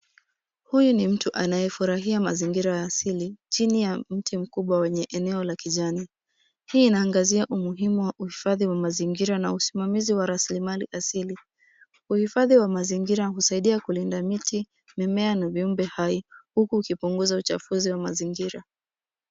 Huyu ni mtu anayefurahia mazingira ya asili, chini ya mti mkubwa wenye eneo la kijani. Hii inaangazia umuhimu wa uhifadhi wa mazingira na usimamizi wa rasilimali asili. Uhifadhi wa mazingira husaidia kulinda miti, mimea na viumbe hai, huku ukipunguza uchafuzi wa mazingira.